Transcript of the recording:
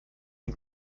ein